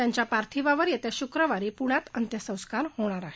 त्यांच्या पार्थिवावर येत्या शुक्रवारी पुण्यात अंत्यसंस्कार होणार आहेत